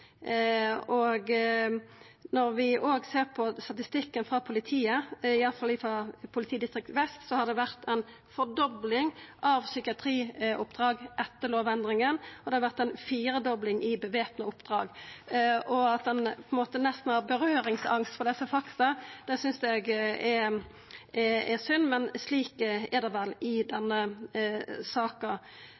Når vi òg ser på statistikken frå politiet, i alle fall frå Vest politidistrikt, har det vore ei dobling av psykiatrioppdrag etter lovendringa, og det har vore ei firedobling av væpna oppdrag. Og at ein nesten har berøringsangst for desse faktaa, synest eg er synd, men slik er det vel i denne saka.